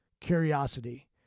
curiosity